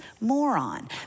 moron